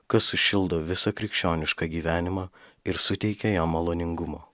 kas sušildo visą krikščionišką gyvenimą ir suteikia jam maloningumo